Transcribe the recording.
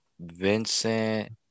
Vincent